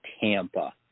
Tampa